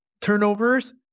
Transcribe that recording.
turnovers